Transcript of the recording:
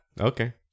Okay